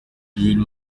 ibintu